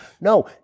No